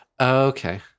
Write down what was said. Okay